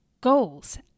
goals